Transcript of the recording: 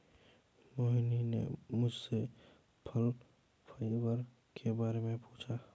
मोहिनी ने मुझसे फल फाइबर के बारे में पूछा